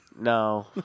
No